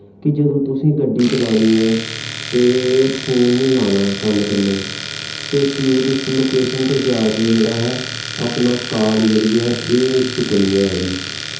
कि जदूं तुसें गड्डी चलानी ऐ ते फोन निं लाना कन्न कन्नै ते टूरिस्ट लोकेशन ते जा के जेह्ड़ा ऐ अपना काल जेह्ड़ी ऐ एह् निं चुक्कनी ऐ फ्ही